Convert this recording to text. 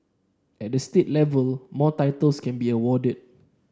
at the state level more titles can be awarded